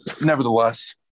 nevertheless